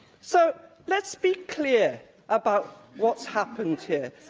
so, let's be clear about what's happened here.